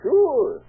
Sure